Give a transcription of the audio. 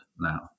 now